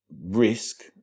risk